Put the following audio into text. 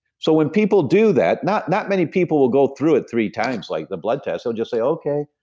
so when people do that, not not many people will go through it three times like the blood test. they'll just say, okay,